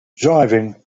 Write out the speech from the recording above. driving